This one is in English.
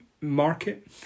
market